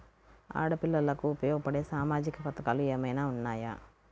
ఆడపిల్లలకు ఉపయోగపడే సామాజిక పథకాలు ఏమైనా ఉన్నాయా?